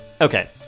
Okay